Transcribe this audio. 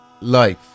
life